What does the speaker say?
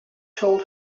told